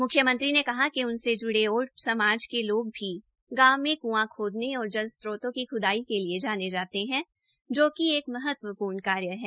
म्ख्यमंत्री ने कहा कि उनसे ज्ड़े ओड समाज के लोग भी गांव में क्आं खोदने और जल स्त्रोतों की ख्दाई के लिए जाने जाते है जाकि एक महत्वपूर्ण कार्य है